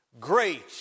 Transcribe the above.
Great